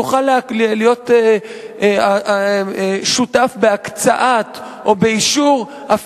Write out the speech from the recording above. ראש הממשלה יוכל להיות שותף בהקצאה או באישור של